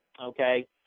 okay